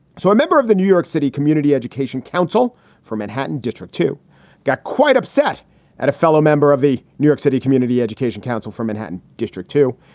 so a member of the new york city community education council from manhattan district two got quite upset at a fellow member of a new york city community education council for manhattan district two.